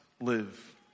live